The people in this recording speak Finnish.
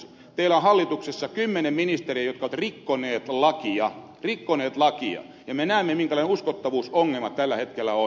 teillä on hallituksessa kymmenen ministeriä jotka ovat rikkoneet lakia rikkoneet lakia ja me näemme minkälainen uskottavuusongelma tällä hetkellä on